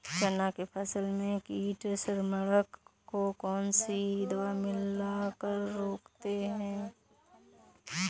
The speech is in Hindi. चना के फसल में कीट संक्रमण को कौन सी दवा मिला कर रोकते हैं?